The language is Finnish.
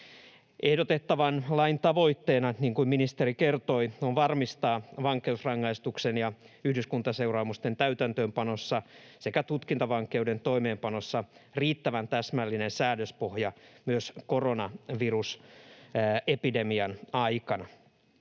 Ehdotettavan lain tavoitteena on, niin kuin ministeri kertoi, varmistaa vankeusrangaistuksen ja yhdyskuntaseuraamusten täytäntöönpanossa sekä tutkintavankeuden toimeenpanossa riittävän täsmällinen säädöspohja myös koronavirusepidemian aikana.